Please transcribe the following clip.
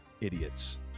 idiots